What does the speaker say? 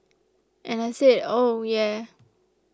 and I said oh yeah